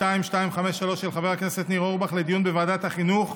של חבר הכנסת ניר אורבך, לדיון בוועדת החינוך,